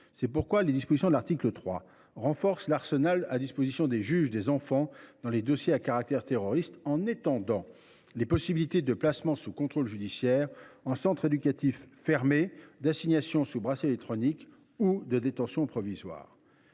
dès que nécessaire. Ainsi, l’article 3 renforce l’arsenal mis à la disposition des juges des enfants dans les dossiers à caractère terroriste, en étendant les possibilités de placement sous contrôle judiciaire ou en centre éducatif fermé, d’assignation sous bracelet électronique, ou de détention provisoire.